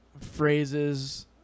phrases